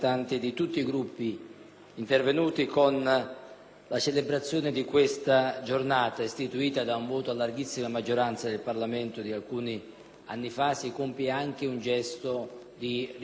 intervenuti, con la celebrazione di questa giornata, istituita da un voto a larghissima maggioranza del Parlamento di alcuni anni fa, si compie anche un gesto di riconciliazione nazionale.